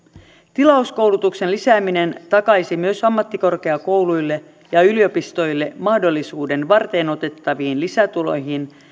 tilauskoulutuksen lisääminen takaisi myös ammattikorkeakouluille ja yliopistoille mahdollisuuden varteenotettaviin lisätuloihin